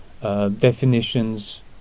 Definitions